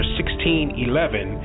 1611